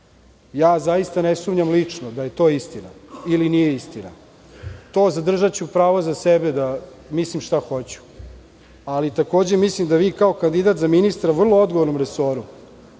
Zaista ne sumnjam lično da je to istina ili nije istina. Zadržaću pravo za sebe da mislim šta hoću. Ali, takođe mislim da vi kao kandidat za ministra u vrlo odgovornom resoru